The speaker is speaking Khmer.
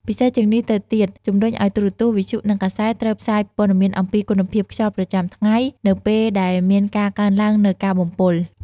ពិសេសជាងនេះទៅទៀតជំរុញឱ្យទូរទស្សន៍ វិទ្យុ និងកាសែត ត្រូវផ្សាយព័ត៌មានអំពីគុណភាពខ្យល់ប្រចាំថ្ងៃ នៅពេលដែលមានការកើនឡើងនូវការបំពុល។